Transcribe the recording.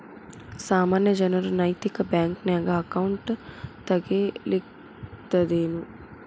ಸಾಮಾನ್ಯ ಜನರು ನೈತಿಕ ಬ್ಯಾಂಕ್ನ್ಯಾಗ್ ಅಕೌಂಟ್ ತಗೇ ಲಿಕ್ಕಗ್ತದೇನು?